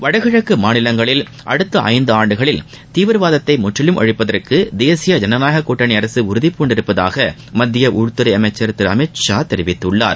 வடகிழக்கு மாநிலங்களில் அடுத்த ஐந்து ஆண்டுகளில் தீவிரவாதத்தை முற்றிலும் ஒழிக்க தேசிய ஜனநாயக கூட்டணி அரசு உறுதிபூண்டுள்ளதாக மத்திய உள்துறை அமைச்சர் திரு அமித்ஷா தெரிவித்துள்ளார்